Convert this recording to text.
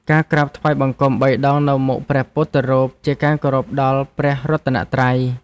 ការក្រាបថ្វាយបង្គំបីដងនៅមុខព្រះពុទ្ធរូប ជាការគោរពដល់ព្រះរតនត្រ័យ។